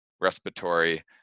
respiratory